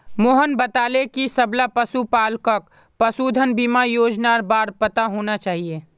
मोहन बताले कि सबला पशुपालकक पशुधन बीमा योजनार बार पता होना चाहिए